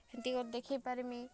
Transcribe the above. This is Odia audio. ହେନ୍ତି କରି ଦେଖେଇ ପାର୍ମି